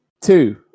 two